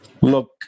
Look